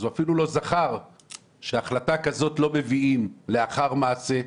אז הוא אפילו לא זכר שהחלטה כזאת לא מביאים לאחר מעשה,